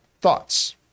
thoughts